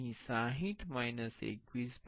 અહીં 2 19